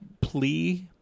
plea